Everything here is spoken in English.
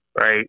right